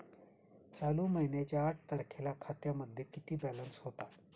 चालू महिन्याच्या आठ तारखेला खात्यामध्ये किती बॅलन्स होता?